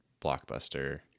blockbuster